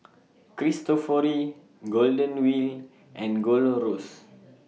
Cristofori Golden Wheel and Golor Roast